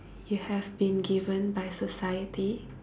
you have been given by society